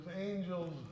angels